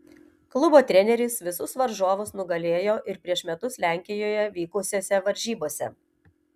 klubo treneris visus varžovus nugalėjo ir prieš metus lenkijoje vykusiose varžybose